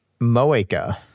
Moeka